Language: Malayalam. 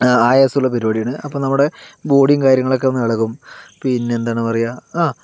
ആ ആയാസമുള്ള പരിപാടിയാണ് അപ്പോൾ നമ്മുടെ ബോഡിയും കാര്യങ്ങളൊക്കെ ഒന്നിളകും പിന്നെ എന്താണ് പറയുക ആ